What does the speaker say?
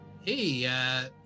hey